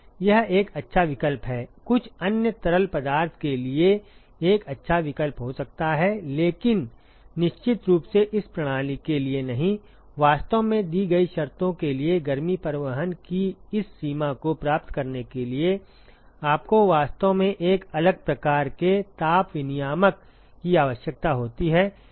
यह एक अच्छा विकल्प है कुछ अन्य तरल पदार्थ के लिए एक अच्छा विकल्प हो सकता है लेकिन निश्चित रूप से इस प्रणाली के लिए नहीं वास्तव में दी गई शर्तों के लिए गर्मी परिवहन की इस सीमा को प्राप्त करने के लिए आपको वास्तव में एक अलग प्रकार के ताप विनियामक की आवश्यकता होती है